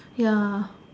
ya